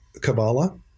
Kabbalah